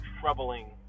troubling